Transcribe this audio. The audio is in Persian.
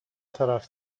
طرف